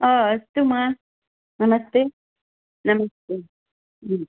ओ अस्तु मा नमस्ते नमस्ते